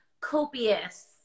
copious